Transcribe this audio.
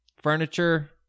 furniture